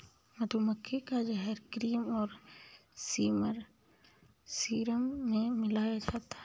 मधुमक्खी का जहर क्रीम और सीरम में मिलाया जाता है